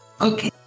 Okay